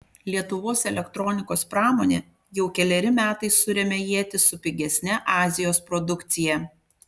lietuvos elektronikos pramonė jau keleri metai suremia ietis su pigesne azijos produkcija